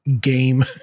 game